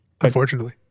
unfortunately